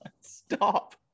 Stop